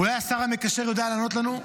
אולי השר המקשר יודע לענות לנו?